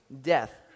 death